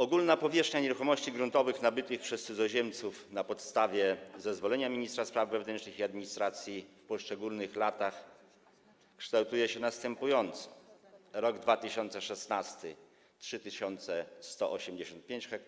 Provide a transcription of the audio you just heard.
Ogólna powierzchnia nieruchomości gruntowych nabytych przez cudzoziemców na podstawie zezwolenia ministra spraw wewnętrznych i administracji w poszczególnych latach kształtuje się następująco: 2016 r. - 3185 ha,